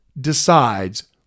decides